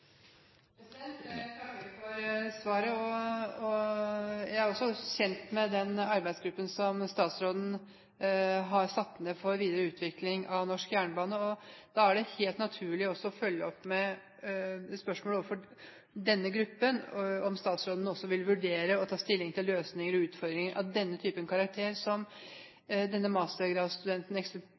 Jeg takker for svaret. Jeg er også kjent med den arbeidsgruppen som statsråden har nedsatt for videre utvikling av norsk jernbane. Da er det helt naturlig å følge opp med spørsmål knyttet til denne gruppen. Vil statsråden også vurdere å ta stilling til løsninger og utfordringer av den typen karakter som denne mastergradstudenten